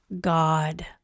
God